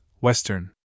Western